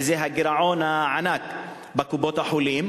וזה הגירעון הענק בקופות-החולים,